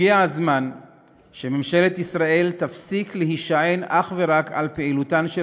הגיע הזמן שממשלת ישראל תפסיק להישען אך ורק על פעילותן של